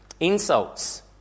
insults